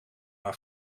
haar